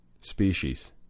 species